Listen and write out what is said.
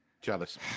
Jealous